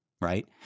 right